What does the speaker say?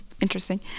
Interesting